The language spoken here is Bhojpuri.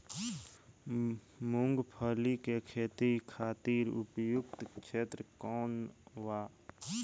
मूँगफली के खेती खातिर उपयुक्त क्षेत्र कौन वा?